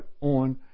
on